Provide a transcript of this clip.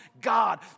God